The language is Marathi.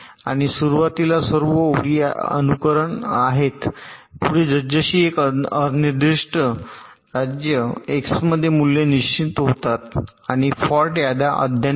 आणि सुरुवातीला सर्व ओळी आहेत अनुकरण पुढे जसजशी एक अनिर्दिष्ट राज्य एक्समध्ये मूल्ये निश्चित होतात आणि फॉल्ट याद्या अद्यतनित मिळतात